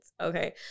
okay